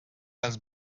els